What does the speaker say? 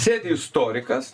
sėdi istorikas